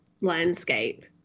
landscape